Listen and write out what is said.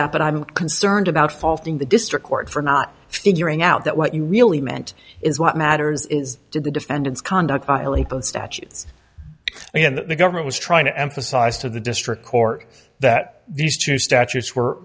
that but i'm concerned about faulting the district court for not figuring out that what you really meant is what matters is did the defendants conduct violate both statutes i mean that the government was trying to emphasize to the district court that these two statutes were